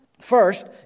First